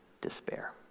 despair